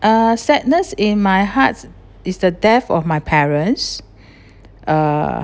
uh sadness in my heart is the death of my parents uh